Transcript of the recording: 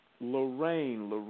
Lorraine